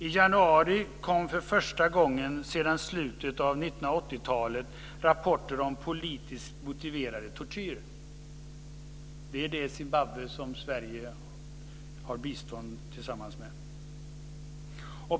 I januari kom för första gången sedan slutet av 1980 talet rapporter om politiskt motiverad tortyr. Det är det Zimbabwe som Sverige har biståndsarbete tillsammans med.